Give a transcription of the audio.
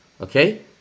okay